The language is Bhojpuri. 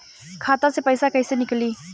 खाता से पैसा कैसे नीकली?